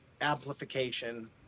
amplification